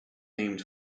named